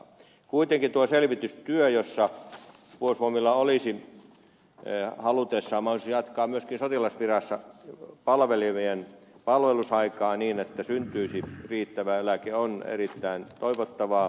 kuitenkin tuo selvitystyö siitä että puolustusvoimilla olisi halutessaan mahdollisuus jatkaa myöskin sotilasvirassa palvelevien palvelusaikaa niin että syntyisi riittävä eläke on erittäin toivottava